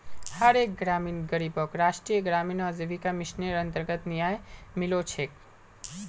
हर एक ग्रामीण गरीबक राष्ट्रीय ग्रामीण आजीविका मिशनेर अन्तर्गत न्याय मिलो छेक